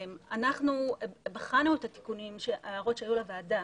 אנחנו בחנו את ההערות שהיו לוועדה